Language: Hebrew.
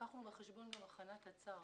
לקחנו בחשבון גם הכנת תצ"ר.